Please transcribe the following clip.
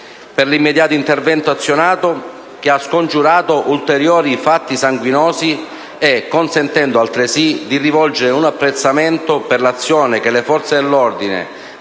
per l'immediato intervento azionato, che ha scongiurato ulteriori fatti sanguinosi. Consentitemi altresì di rivolgere un apprezzamento per l'azione che le forze dell'ordine